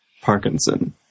Parkinson